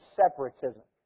separatism